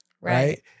Right